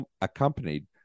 accompanied